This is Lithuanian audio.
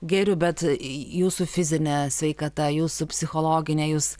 geriu bet jūsų fizinė sveikata jūsų psichologinė jūs